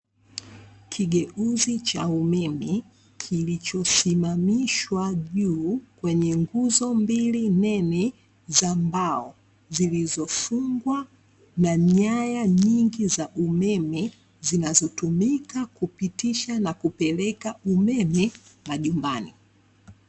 Kigeuzi cha umeme kilichosimamishwa juu kwenye nguzo mbili nene za mbao, zilizofungwa na nyaya nyingi za umeme zinazotumika kupitisha na kupeleka umeme majumbani.